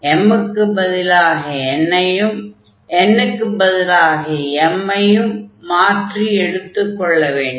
m க்குப் பதிலாக n ஐயும் n க்குப் பதிலாக m ஐயும் மாற்றி எடுத்துக் கொள்ள வேண்டும்